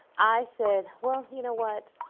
i said, well you know what,